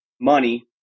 money